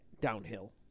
Downhill